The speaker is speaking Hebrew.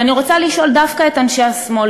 ואני רוצה לשאול דווקא את אנשי השמאל,